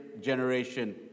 generation